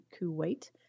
Kuwait